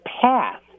path